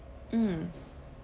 mm